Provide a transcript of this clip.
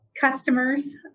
customers